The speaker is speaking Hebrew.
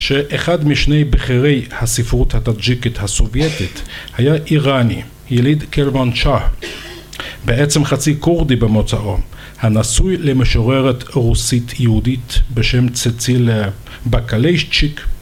שאחד משני בכירי הספרות הטאג'יקית הסובייטית היה איראני, יליד קלוון צ'אה, בעצם חצי כורדי במוצרו, הנשוי למשוררת רוסית-יהודית בשם צצילה בקליישצ'יק...